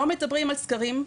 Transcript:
לא מדברים על סקרים.